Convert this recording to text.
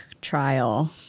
trial